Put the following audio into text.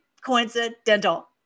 coincidental